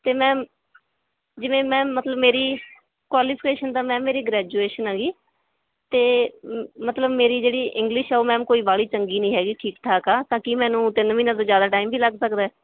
ਅਤੇ ਮੈਮ ਜਿਵੇਂ ਮੈਮ ਮਤਲਬ ਮੇਰੀ ਕੁਆਲੀਫਿਕੇਸ਼ਨ ਦਾ ਮੈਮ ਮੇਰੀ ਗਰੈਜੂਏਸ਼ਨ ਹੈਗੀ ਅਤੇ ਮਤਲਬ ਮੇਰੀ ਜਿਹੜੀ ਇੰਗਲਿਸ਼ ਆ ਉਹ ਮੈਮ ਕੋਈ ਵਾਹਲੀ ਚੰਗੀ ਨਹੀਂ ਹੈਗੀ ਠੀਕ ਠਾਕ ਆ ਤਾਂ ਕਿ ਮੈਨੂੰ ਤਿੰਨ ਮਹੀਨੇ ਤੋਂ ਜ਼ਿਆਦਾ ਟਾਈਮ ਵੀ ਲੱਗ ਸਕਦਾ